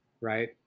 Right